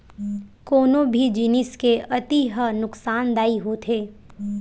कोनो भी जिनिस के अति ह नुकासानदायी होथे